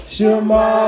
Shema